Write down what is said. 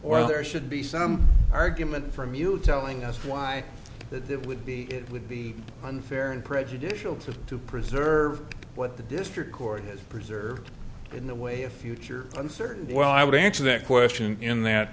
or there should be some argument from you telling us why that that would be it would be unfair and prejudicial to to preserve what the district court has preserved in the way of future uncertain well i would answer that question in that